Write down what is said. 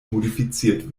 modifiziert